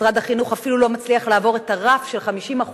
משרד החינוך אפילו לא מצליח לעבור את הרף של 50%